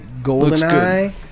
GoldenEye